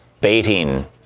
baiting